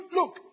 look